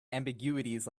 ambiguities